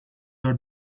are